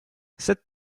cette